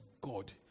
God